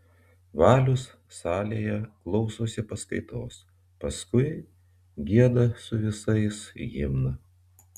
valius salėje klausosi paskaitos paskui gieda su visais himną